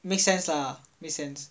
makes sense lah make sense